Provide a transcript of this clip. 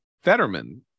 Fetterman